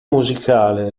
musicale